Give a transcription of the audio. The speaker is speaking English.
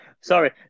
Sorry